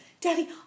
Daddy